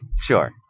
Sure